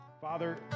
Father